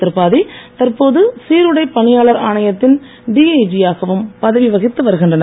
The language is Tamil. திரிபாத்தி தற்போது சீருடைப் பணியாளர் ஆணையத்தின் டிஐஜி யாகவும் பதவி வகித்து வருகின்றனர்